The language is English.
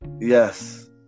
Yes